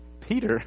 Peter